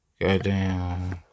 Goddamn